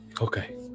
Okay